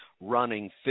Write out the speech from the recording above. running